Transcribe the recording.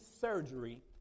surgery